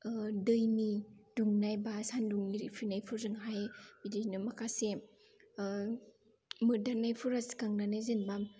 दैनि दुंनाय बा सानदुंनि रिफिनायफोरजोंहाय बिदिनो माखासे मोदाननायफोरा सिखांनानै जेनोबा